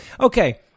okay